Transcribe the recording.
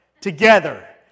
together